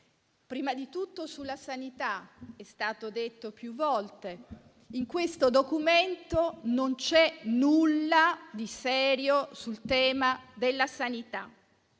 prima di tutto alla sanità). È stato detto più volte che in questo Documento non c'è nulla di serio sul tema della sanità